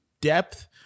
Depth